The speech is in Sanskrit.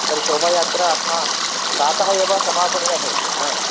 तर्हि शोभयात्रा अस्मा प्रातः एव समापनीया भवति